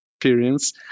experience